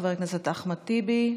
חבר הכנסת אחמד טיבי,